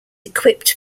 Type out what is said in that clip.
equipped